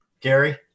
gary